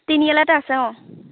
তিনিআলি এটা আছে অঁ